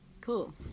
Cool